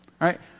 Right